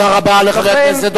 תודה רבה לחבר הכנסת דב,